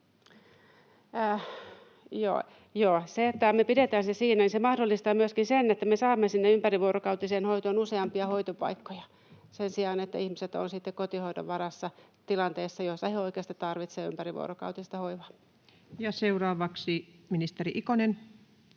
se, että me pidetään se siinä, mahdollistaa myöskin sen, että me saamme sinne ympärivuorokautiseen hoitoon useampia hoitopaikkoja sen sijaan, että ihmiset ovat sitten kotihoidon varassa tilanteessa, jossa he oikeasti tarvitsevat ympärivuorokautista hoivaa. Ja seuraavaksi ministeri Ikonen,